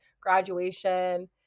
graduation